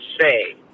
say